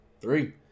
Three